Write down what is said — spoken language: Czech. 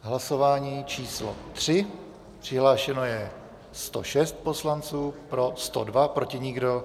Hlasování číslo 3, přihlášeno je 106 poslanců, pro 102, proti nikdo.